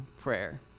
prayer